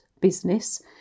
business